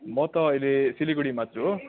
म त अहिले सिलगढीमा छु हो